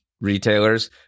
retailers